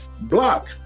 Block